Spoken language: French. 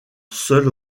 seul